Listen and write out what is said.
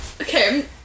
Okay